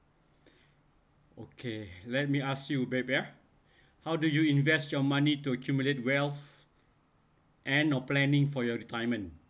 okay let me ask you back ya how do you invest your money to accumulate wealth and no planning for your retirement